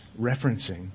referencing